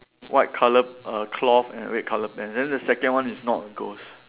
white colour err cloth and red colour pants then the second one is not a ghost